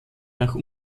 nach